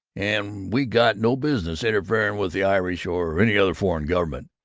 and we got no business interfering with the irish or any other foreign government.